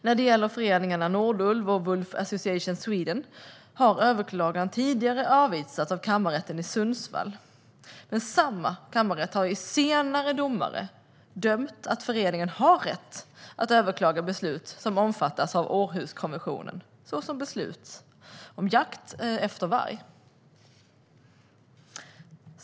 När det gäller föreningarna Nordulv och Wolf Association Sweden har överklaganden tidigare avvisats av kammarrätten i Sundsvall, men samma kammarrätt har i senare domar bedömt att föreningarna har rätt att överklaga beslut som omfattas av Århuskonventionen, såsom beslut om jakt efter varg.